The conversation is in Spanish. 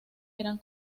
eran